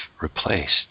replaced